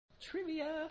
trivia